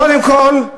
קודם כול,